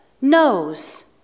knows